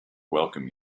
welcome